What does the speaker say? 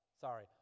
sorry